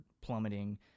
plummeting